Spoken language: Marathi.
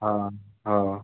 हां हां